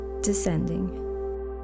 descending